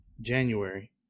January